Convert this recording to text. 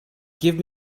give